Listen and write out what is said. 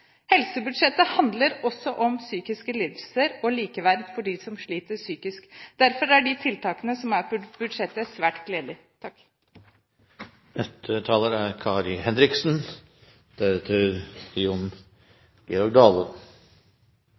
Helsebudsjettet handler også om psykiske lidelser og om likeverd for dem som sliter psykisk. Derfor er de tiltakene som er på budsjettet, svært